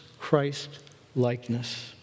Christ-likeness